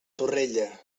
torrella